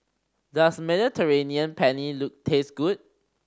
does Mediterranean Penne look taste good